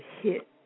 hit